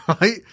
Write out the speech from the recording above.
right